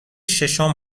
ششم